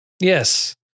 Yes